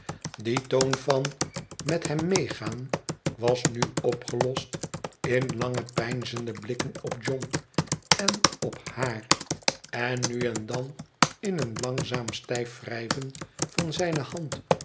die toon van met hem meegaan was nu opgelost in lange peinzende blikken op john en op haar en nu en dan in een langzaam stijf wrijven van zijne hand